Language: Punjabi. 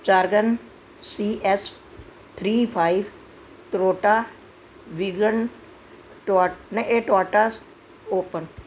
ਚਾਰਗਨ ਸੀ ਐਸ ਥਰੀ ਫਾਈਵ ਤਰੋਟਾ ਵਿੰਗਨ ਟੋ ਏ ਨ ਏ ਟੋਆਟਾਸ ਓਪਨ